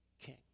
king